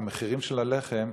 על המחירים של הלחם,